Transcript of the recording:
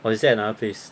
or is that another place